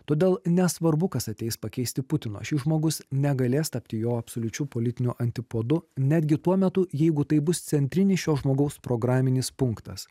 todėl nesvarbu kas ateis pakeisti putino šis žmogus negalės tapti jo absoliučiu politiniu antipodu netgi tuo metu jeigu tai bus centrinis šio žmogaus programinis punktas